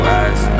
eyes